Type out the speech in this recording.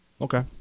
Okay